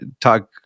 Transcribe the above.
talk